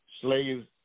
slaves